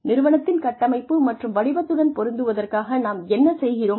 நிறுவனத்தின் கட்டமைப்பு மற்றும் வடிவத்துடன் பொருந்துவதற்காக நாம் என்ன செய்கிறோம்